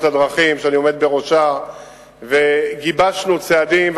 הדרכים שאני עומד בראשה וגיבשנו צעדים,